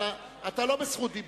אבל אתה לא ברשות דיבור.